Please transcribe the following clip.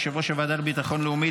יושב-ראש הוועדה לביטחון לאומי,